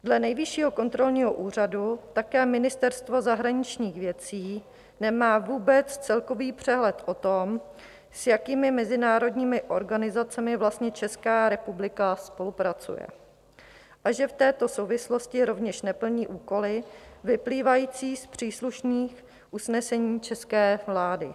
Dle Nejvyššího kontrolního úřadu také Ministerstvo zahraničních věcí nemá vůbec celkový přehled o tom, s jakými mezinárodními organizacemi vlastně Česká republika spolupracuje, a že v této souvislosti rovněž neplní úkoly vyplývající z příslušných usnesení české vlády.